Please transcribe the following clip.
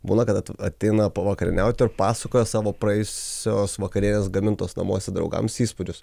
būna kad ateina pavakarieniauti ir pasakoja savo praėjusios vakarienės gamintos namuose draugams įspūdžius